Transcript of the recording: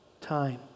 time